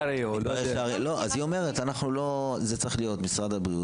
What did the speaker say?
אז הר"י לא עושה, זה איגוד מקצועי.